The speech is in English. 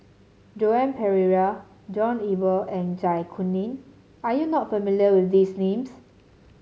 Joan Pereira John Eber and Zai Kuning are you not familiar with these names